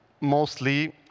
mostly